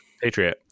Patriot